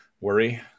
worry